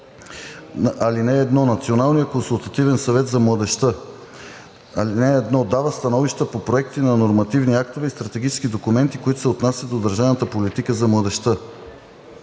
„Чл. 11. (1) Националният консултативен съвет за младежта: 1. дава становища по проекти на нормативни актове и стратегически документи, които се отнасят до държавната политика за младежта;